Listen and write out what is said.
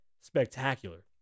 spectacular